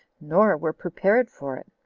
nor were prepared for it.